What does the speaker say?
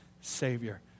Savior